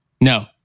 No